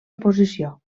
oposició